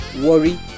worry